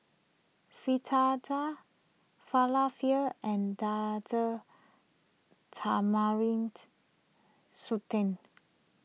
Fritada Falafel and Date Tamarind shu tend